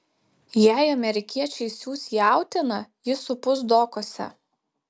jei amerikiečiai siųs jautieną ji supus dokuose